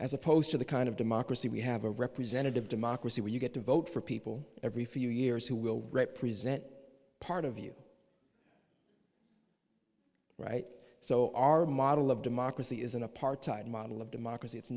as opposed to the kind of democracy we have a representative democracy where you get to vote for people every few years who will represent part of you right so our model of democracy is an apartheid model of democracy it's